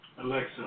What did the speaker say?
Alexa